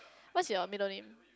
what's your middle name